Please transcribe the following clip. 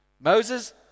Moses